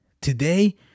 today